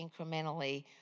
incrementally